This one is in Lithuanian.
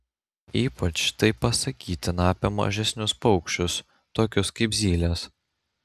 ypač tai pasakytina apie mažesnius paukščius tokius kaip zylės